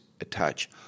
attach